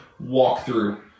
walkthrough